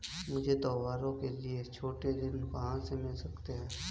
मुझे त्योहारों के लिए छोटे ऋण कहां से मिल सकते हैं?